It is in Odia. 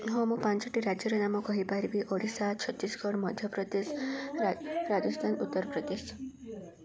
ହଁ ମୁଁ ପାଞ୍ଚଟି ରାଜ୍ୟର ନାମ କହିପାରିବି ଓଡ଼ିଶା ଛତିଶଗଡ଼ ମଧ୍ୟପ୍ରଦେଶ ରାଜସ୍ଥାନ ଉତ୍ତରପ୍ରଦେଶ